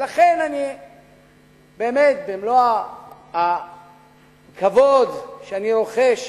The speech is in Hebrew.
ולכן אני באמת, במלוא הכבוד שאני רוחש